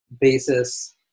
basis